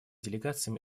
делегациям